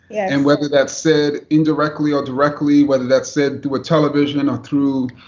and whether that's said indirectly or directly, whether that's said through a television or through,